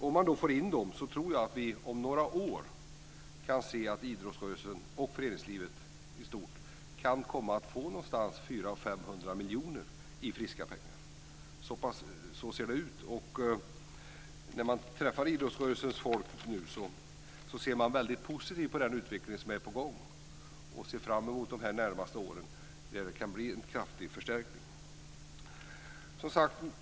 Om man får in dem tror jag att vi inom några år kan se att idrottsrörelsen och föreningslivet i stort kan komma att få någonstans 400 à 500 miljoner i friska pengar. Så ser det ut. Idrottsrörelsens folk ser väldigt positivt på den utveckling som är på gång och ser fram emot de närmaste åren, då det kan bli en kraftig förstärkning.